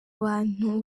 bantu